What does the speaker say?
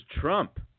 Trump